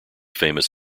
famous